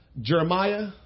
Jeremiah